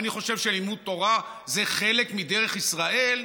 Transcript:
אני חושב שלימוד תורה זה חלק מדרך ישראל,